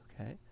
Okay